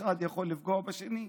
אחד יכול לפגוע בשני.